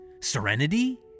Serenity